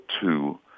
two